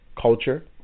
culture